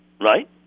Right